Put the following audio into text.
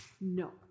no